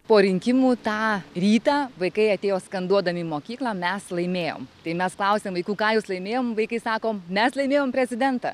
po rinkimų tą rytą vaikai atėjo skanduodami į mokyklą mes laimėjom tai mes klausėme vaikų ką jūs laimėjom vaikai sako mes laimėjom prezidentą